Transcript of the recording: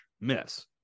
miss